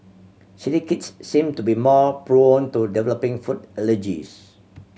city kids seem to be more prone to developing food allergies